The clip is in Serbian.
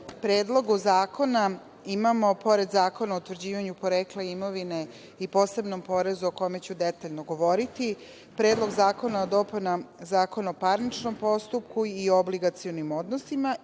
predlogu zakona imamo pored Zakona o utvrđivanju porekla imovine i posebnom porezu o kome ću detaljno govoriti, Predlog zakona o izmenama i dopunama Zakona o parničnom postupku, i obligacionim odnosima,